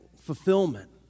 fulfillment